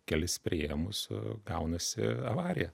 kelis priėmus gaunasi avarija